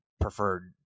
preferred